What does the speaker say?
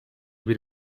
bir